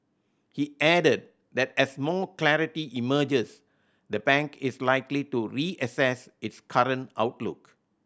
he added that as more clarity emerges the bank is likely to reassess its current outlook